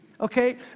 okay